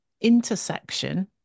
intersection